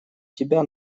тебя